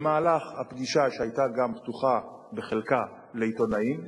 במהלך הפגישה, שהיתה פתוחה בחלקה לעיתונאים,